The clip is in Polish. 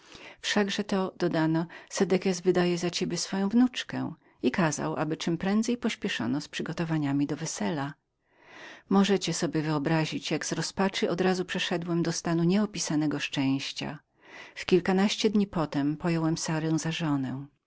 to dodano sedekias wydaje za ciebie swoją wnuczkę i kazał aby czem prędzej pospieszono z przygotowaniami do wesela możecie sobie wyobrazić jak z rozpaczy od razu przeszedłem do stanu nieopisanego szczęścia w kilkanaście dni potem pojąłem sarę za żonę